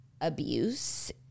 abuse